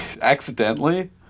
Accidentally